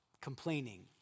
Complaining